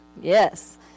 Yes